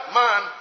man